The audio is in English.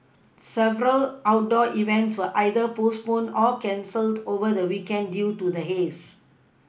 several outdoor events were either postponed or cancelled over the weekend due to the haze